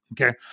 Okay